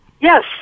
Yes